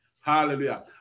Hallelujah